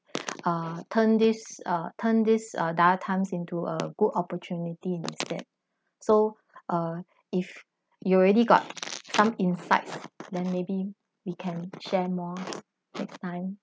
err turn this uh turn this uh dire times into a good opportunity instead so err if you already got some insights then maybe we can share more next time